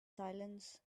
silence